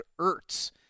Ertz